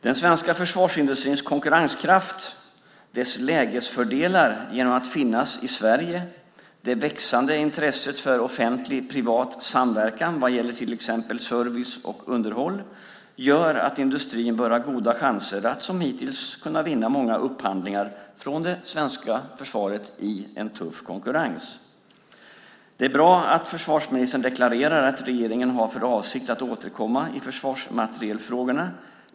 Den svenska försvarsindustrins konkurrenskraft, dess lägesfördelar genom att finnas i Sverige och det växande intresset för offentlig-privat samverkan vad gäller till exempel service och underhåll gör att industrin bör ha goda chanser att, som hittills, kunna vinna många upphandlingar från det svenska försvaret i en tuff konkurrens. Det är bra att försvarsministern deklarerar att regeringen har för avsikt att återkomma i försvarsmaterielfrågorna.